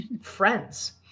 friends